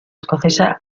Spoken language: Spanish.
escocesa